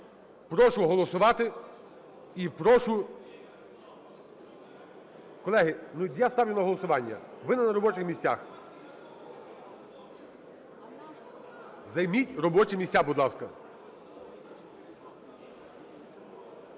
Прошу голосувати і прошу… Колеги, я ставлю на голосування, ви не на робочих місцях. Займіть робочі місця, будь ласка.